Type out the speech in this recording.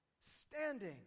Standing